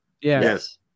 Yes